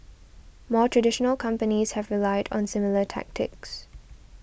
more traditional companies have relied on similar tactics